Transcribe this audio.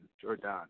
Jordan